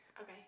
okay